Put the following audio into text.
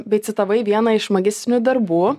bei citavai vieną iš magistrinių darbų